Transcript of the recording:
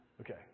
Okay